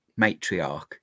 matriarch